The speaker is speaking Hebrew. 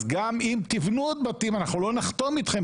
אז גם אם תבנו עוד בתים אנחנו לא נחתום איתכם,